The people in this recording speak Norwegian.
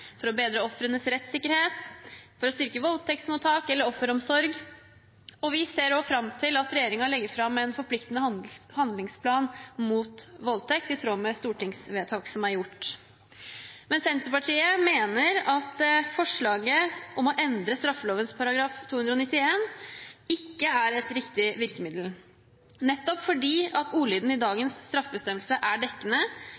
for å bedre ofrenes rettssikkerhet og for å styrke voldtektsmottak eller offeromsorg, og vi ser også fram til at regjeringen legger fram en forpliktende handlingsplan mot voldtekt, i tråd med stortingsvedtak som er gjort. Men Senterpartiet mener at forslaget om å endre straffeloven § 291 ikke er et riktig virkemiddel, nettopp fordi ordlyden i